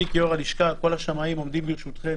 אני כיושב-ראש לשכת שמאי המקרקעין אומר שכל השמאים עומדים לרשותכם,